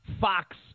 Fox